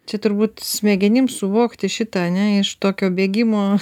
čia turbūt smegenims suvokti šitą ane iš tokio bėgimo